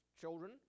children